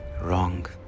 Wrong